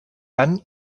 tant